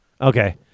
Okay